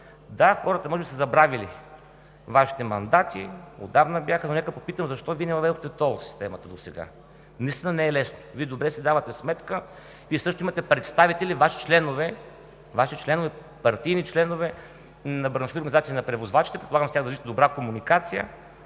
Да, хората може да са забравили Вашите мандати, отдавна бяха, но нека попитам: защо Вие не въведохте тол системата досега? Наистина не е лесно! Вие добре си давате сметка, Вие също имате представители – Ваши членове, партийни членове на браншови организации на превозвачите, предполагам, че с тях държите добра комуникация,